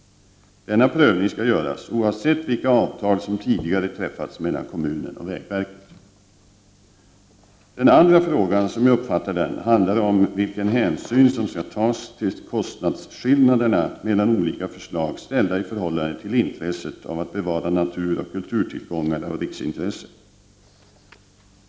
Denna prövning skall göras oavsett vilka avtal som tidigare träffats mellan kommunen och vägverket. Den andra frågan, som jag uppfattar den, handlar om vilken hänsyn som skall tas till kostnadsskillnaderna mellan olika förslag ställda i förhållande till intresset av att bevara naturoch kulturtillgångar av riksintresse.